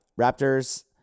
Raptors